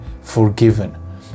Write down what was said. forgiven